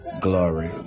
glory